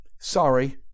Sorry